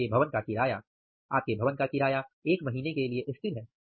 आपके भवन का किराया 1 महीने के लिए स्थिर है